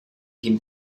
came